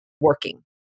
working